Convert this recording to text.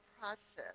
process